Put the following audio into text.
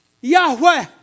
Yahweh